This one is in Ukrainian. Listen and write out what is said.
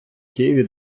києві